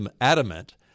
adamant